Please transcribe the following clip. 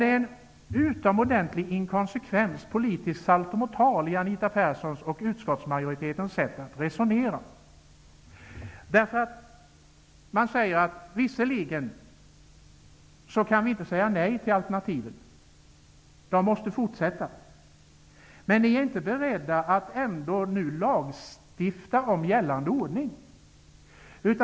Det är en utomordenlig inkonsekvens, en politisk saltomortal, i Anita Perssons och utskottsmajoritetens sätt att resonera. Det sägs att man visserligen inte kan säga ''nej'' till alternativen -- alternativen måste fortsättningsvis vara kvar -- men ändå är man inte beredd att lagstifta om gällande ordning.